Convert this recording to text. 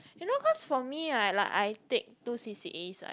you know cause for me like like I take two c_c_as [right]